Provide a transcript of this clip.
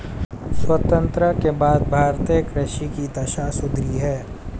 स्वतंत्रता के बाद भारतीय कृषि की दशा सुधरी है